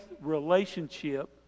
relationship